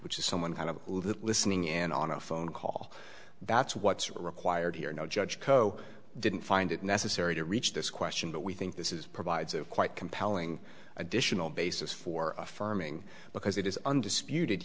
which is someone kind of listening in on a phone call that's what's required here no judge co didn't find it necessary to reach this question but we think this is provides of quite compelling additional basis for affirming because it is undisputed